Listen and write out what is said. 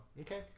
Okay